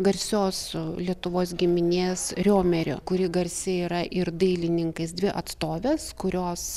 garsios lietuvos giminės riomerio kuri garsi yra ir dailininkais dvi atstovės kurios